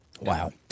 Wow